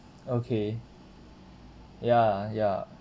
okay ya ya